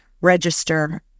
register